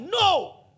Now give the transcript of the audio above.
No